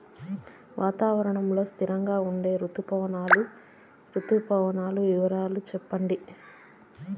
వాతావరణం లో స్థిరంగా ఉండే రుతు పవనాల వివరాలు చెప్పండి?